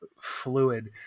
fluid